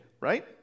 right